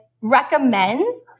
recommends